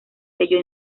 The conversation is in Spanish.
sello